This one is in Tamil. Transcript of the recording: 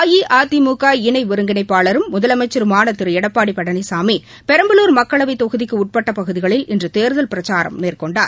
அஇஅதிமுக இணை ஒருங்கிணைப்பாளரும் முதலமைச்சருமான திரு எடப்பாடி பழனிசாமி பெரம்பலூர் மக்களவைத் தொகுதிக்கு உட்பட்ட பகுதிகளில் இன்று தேர்தல் பிரச்சாரம் மேற்கொண்டார்